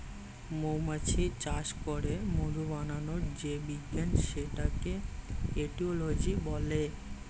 মৌমাছি চাষ করে মধু বানানোর যে বিজ্ঞান সেটাকে এটিওলজি বলে